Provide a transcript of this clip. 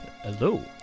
hello